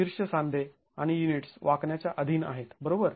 शीर्ष सांधे आणि युनिट्स वाकण्याच्या अधीन आहेत बरोबर